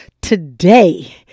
today